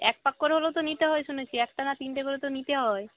এক পাক করে হলেও তো নিতে হয় শুনেছি একটা না তিনটে করে তো নিতে হয়